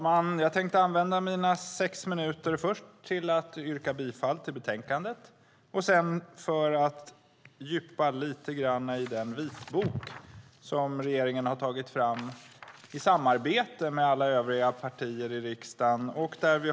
Herr talman! Jag tänker använda mina sex talarminuter först till att yrka bifall till utskottets förslag i betänkandet och sedan till att lite grann djupdyka i den vitbok som regeringen i samarbete med alla övriga partier i riksdagen tagit fram.